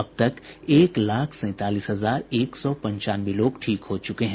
अब तक एक लाख सैंतालीस हजार एक सौ पंचानवे लोग ठीक हो चुके हैं